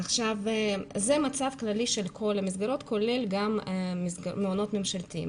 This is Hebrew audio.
זה מצב כללי של כל המסגרות כולל מעונות ממשלתיים.